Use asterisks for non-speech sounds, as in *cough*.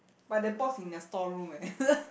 but that box in the store room eh *laughs*